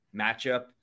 matchup